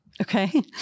Okay